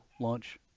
launch